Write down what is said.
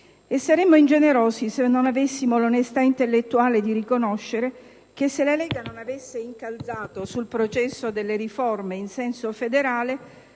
Saremmo ingenerosi se non avessimo l'onestà intellettuale di riconoscere che se la Lega non avesse incalzato sul processo delle riforme in senso federale,